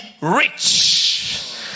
rich